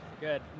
Good